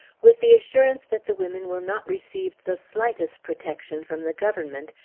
with the assurance that the women will not receive the slightest protection from the government,